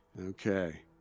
Okay